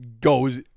goes